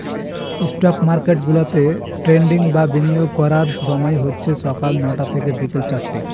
stock market গুলাতে trading বা বিনিয়োগ করার সময় হচ্ছে সকাল নটা থেকে বিকেল চারটে